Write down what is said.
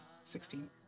Sixteen